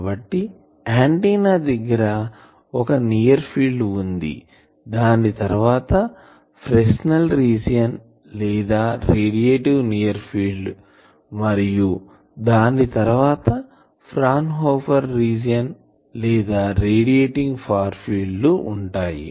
కాబట్టి ఆంటిన్నా దగ్గరగా ఒక నియర్ ఫీల్డ్ వుంది దాని తర్వాత ఫ్రెస్నెల్ రీజియన్ లేదా రేడియేటివ్ నియర్ ఫీల్డ్ మరియు దాని తర్వాత ఫ్రాన్ హాఫెర్ రీజియన్ లేదా రేడియేటింగ్ ఫార్ ఫీల్డ్ లు ఉంటాయి